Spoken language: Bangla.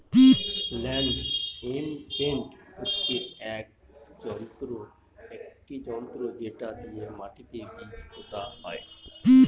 ল্যান্ড ইমপ্রিন্ট হচ্ছে একটি যন্ত্র যেটা দিয়ে মাটিতে বীজ পোতা হয়